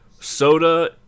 soda